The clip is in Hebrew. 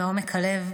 מעומק הלב,